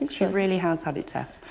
and she really has had it tough.